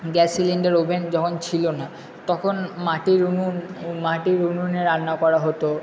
gas cylinder oven যখন ছিল না তখন মাটির উনুন মাটির উনুনে রান্না করা হতো